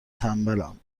تنبلم